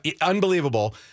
Unbelievable